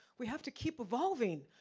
we have to keep evolving.